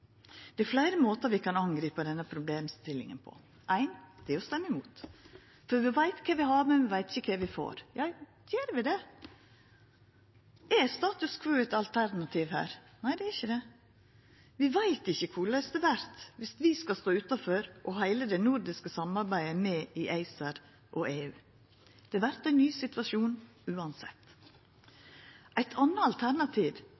Det er fleire måtar vi kan angripa denne problemstillinga på. Den første er å stemma imot, for vi veit kva vi har, men vi veit ikkje kva vi får. Gjer vi det? Er status quo eit alternativ her? Nei, det er ikkje det. Vi veit ikkje korleis det vert viss vi skal stå utanfor og heile det nordiske samarbeidet er med i ACER og EU. Det vert ein ny situasjon, uansett. Eit anna alternativ